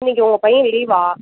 இன்றைக்கி உங்கள் பையன் லீவா